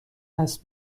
است